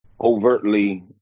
overtly